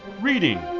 Reading